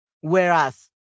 whereas